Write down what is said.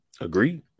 Agreed